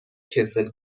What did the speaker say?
کسل